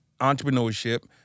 entrepreneurship